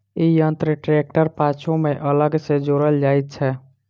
ई यंत्र ट्रेक्टरक पाछू मे अलग सॅ जोड़ल जाइत छै